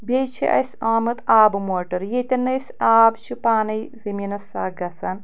بیٚیہِ چھِ اَسہِ آمُت آبہٕ موٹَر ییٚتٮ۪ن نہٕ أسۍ آب چھِ پانَے زمیٖنَس سَگ گژھان